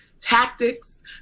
tactics